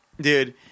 Dude